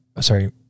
Sorry